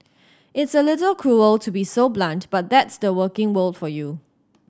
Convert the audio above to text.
it's a little cruel to be so blunt but that's the working world for you